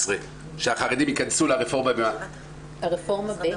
שהחרדים ייכנסו לרפורמה --- מה זה מה"ט?